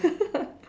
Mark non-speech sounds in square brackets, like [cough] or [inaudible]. [laughs]